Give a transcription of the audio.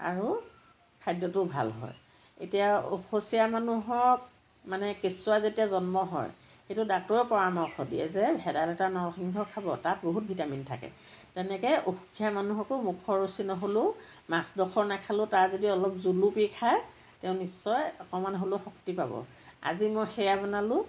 আৰু খাদ্য়টোও ভাল হয় এতিয়া অশুচীয়া মানুহক মানে কেঁচুৱা যেতিয়া জন্ম হয় এইটো ডাক্তৰেও পৰামৰ্শ দিয়ে যে ভেদাইলতা নৰসিংহ খাব তাত বহুত ভিটামিন থাকে তেনেকে অসুখীয়া মানুহকো মুখৰ ৰুচি নহ'লেও মাছডোখৰ নাখালেও তাৰ যদি অলপ জোলো পি খাই তেওঁ নিশ্চয় অকণমান হ'লেও শক্তি পাব আজি মই সেয়া বনালোঁ